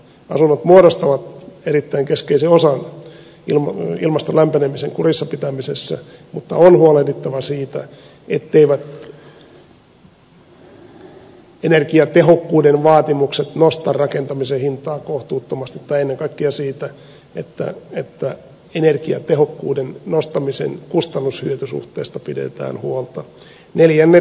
asunnot muodostavat erittäin keskeisen osan ilmaston lämpenemisen kurissa pitämisessä mutta on huolehdittava siitä etteivät energiatehokkuuden vaatimukset nosta rakentamisen hintaa kohtuuttomasti tai ennen kaikkea siitä että energiatehokkuuden nostamisen kustannushyöty suhteesta pidetään huolta